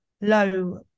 low